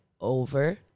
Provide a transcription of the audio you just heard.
over